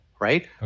right